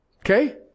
Okay